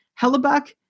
Hellebuck